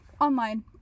online